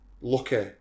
Lucky